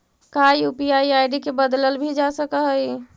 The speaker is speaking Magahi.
का यू.पी.आई आई.डी के बदलल भी जा सकऽ हई?